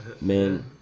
Man